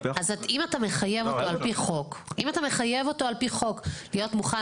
אם אתה מחייב אותו על פי חוק להיות מוכן